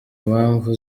impamvu